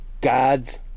God's